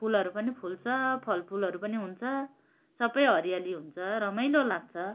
फुलहरू पनि फुल्छ फलफुलहरू पनि हुन्छ सबै हरियाली हुन्छ रमाइलो लाग्छ